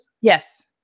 Yes